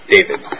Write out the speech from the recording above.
David